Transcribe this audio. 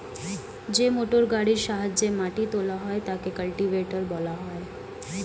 যে মোটরগাড়ির সাহায্যে মাটি তোলা হয় তাকে কাল্টিভেটর বলা হয়